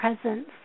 presence